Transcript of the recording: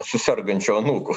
su sergančiu anūku